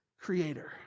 creator